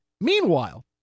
Meanwhile